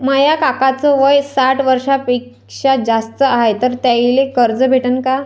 माया काकाच वय साठ वर्षांपेक्षा जास्त हाय तर त्याइले कर्ज भेटन का?